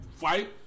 fight